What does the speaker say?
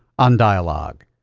on dialog.